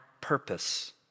purpose